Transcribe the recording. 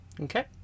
Okay